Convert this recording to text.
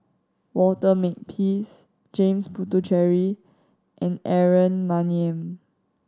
Walter Makepeace James Puthucheary and Aaron Maniam